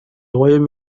royaume